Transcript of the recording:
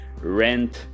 rent